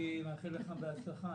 אני מאחל לך בהצלחה,